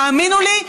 תאמינו לי,